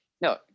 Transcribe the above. No